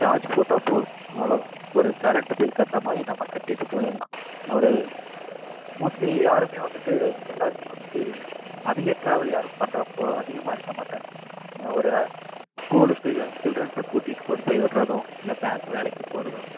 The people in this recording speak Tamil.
சார்ஜ் போட்டால் போதும் அவ்வளோ தான் ஒரு கரண்ட்டு பில் கட்டுற மாதிரி நம்ம கட்டிவிட்டு போயிடலாம் ஒரு மோஸ்ட்லி யாருமே வந்துட்டு எல்லாருமே வந்துட்டு அதிக டிராவல் யாரும் பண்ணுறப்போ அதிகமாக இருக்க மாட்டாங்க ஒரு ஆ ஸ்கூலுக்கு சில்ட்ரன்ஸை கூட்டிகிட்டு கொண்டு போயி விடுறதும் இல்லை பேங்க் வேலைக்கு போகிறதும்